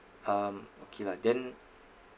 um okay lah then